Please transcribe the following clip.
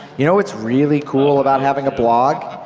you know what's really cool about having a blog?